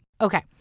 Okay